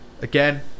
again